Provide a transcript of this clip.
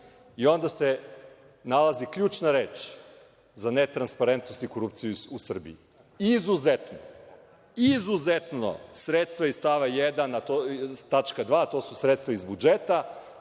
i onda se nalazi ključna reč za netransparentnost i korupciju u Srbiji, izuzetno. Izuzetno sredstva iz stava 1. tačka 2, a to su sredstva iz budžeta,